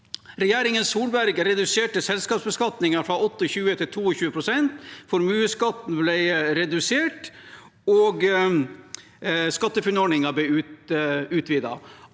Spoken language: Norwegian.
Regjeringen Solberg reduserte selskapsbeskatningen fra 28 pst. til 22 pst., formuesskatten ble redusert, og SkatteFUNN-ordningen ble utvidet.